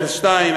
02,